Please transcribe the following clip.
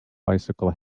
bicycle